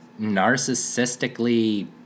narcissistically